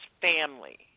family